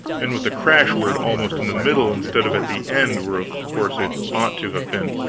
and with the crash-word almost in the middle instead of at the end, where, of course, it ought to have been.